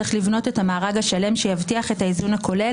צריך לבנות את המארג השלם שיבטיח את האיזון הכולל